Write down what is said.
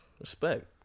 respect